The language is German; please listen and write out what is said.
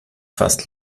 fast